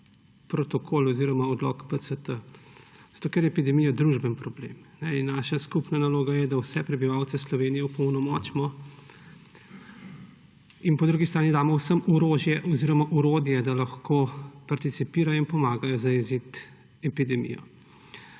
protokol oziroma odlok PCT? Zato ker je epidemija družbeni problem in naša skupna naloga je, da vse prebivalce Slovenije opolnomočimo in po drugi strani damo vsem orodje, da lahko participirajo in pomagajo zajeziti epidemijo.